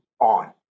on